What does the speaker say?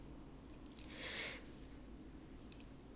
same I also got annoyed teaching you